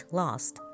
lost